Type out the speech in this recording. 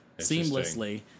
seamlessly